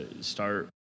start